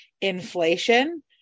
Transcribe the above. inflation